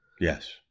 Yes